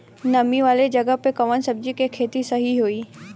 नामी वाले जगह पे कवन सब्जी के खेती सही होई?